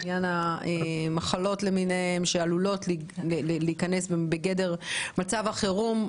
עניין המחלות למיניהן שעלולות להיכנס בגדר מצב החירום,